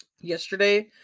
yesterday